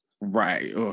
Right